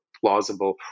plausible